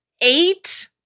eight